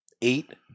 Eight